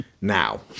Now